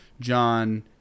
John